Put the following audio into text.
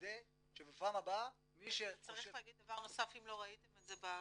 כדי שבפעם הבאה --- צריך להגיד דבר נוסף אם לא ראיתם את זה בכתוביות.